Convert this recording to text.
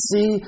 See